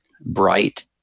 bright